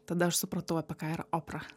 tada aš supratau apie ką yra opra